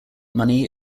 money